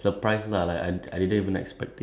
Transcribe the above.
that's like one of the